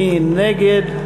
מי נגד?